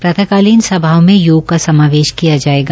प्रातकालीन सभाओं में योग का समावेश किया जाएगा